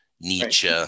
Nietzsche